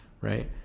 right